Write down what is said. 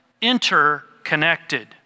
interconnected